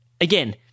again